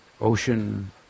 ocean